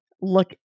look